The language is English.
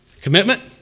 Commitment